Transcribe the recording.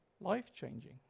life-changing